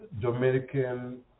Dominican